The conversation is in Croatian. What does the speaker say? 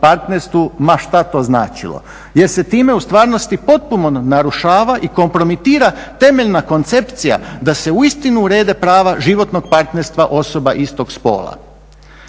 ma šta to značilo jer se time u stvarnosti potpuno narušava i kompromitira temeljna koncepcija da se uistinu urede prava životnog partnerstva osoba istog spola.